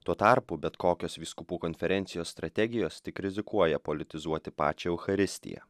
tuo tarpu bet kokias vyskupų konferencijos strategijos tik rizikuoja politizuoti pačią eucharistiją